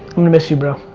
i'm gonna miss you, bro.